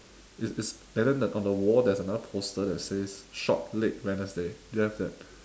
is is and then the on the wall there's another poster that says shop late wednesday do you have that